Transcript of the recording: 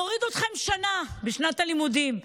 נוריד אתכם שנה בשנת הלימודים.